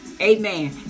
Amen